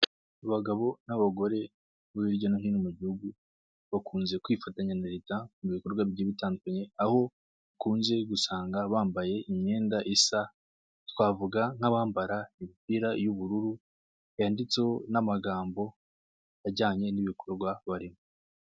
Abagabo n'abagore bo hirya no hino mu gihugu bakunze kwifatanya na leta mu bikorwa bitandukanye aho bakunze gusanga bambaye imyenda isa twavuga nk'abambara imipira y'ubururu yanditseho n'amagambo ajyanye n'ibikorwa barimo.